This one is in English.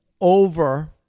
over